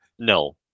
no